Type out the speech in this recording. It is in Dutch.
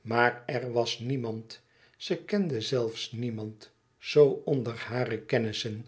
maar er was niemand ze kende zelfs niemand zo onder al hare kennissen